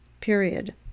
period